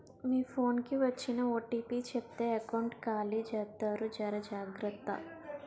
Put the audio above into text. మీ phone కి వచ్చిన OTP చెప్తే ఎకౌంట్ ఖాళీ జెత్తారు జర జాగ్రత్త